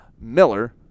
Miller